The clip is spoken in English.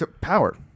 Power